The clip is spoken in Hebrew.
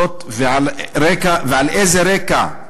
ועל איזה רקע היא